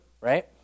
right